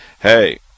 hey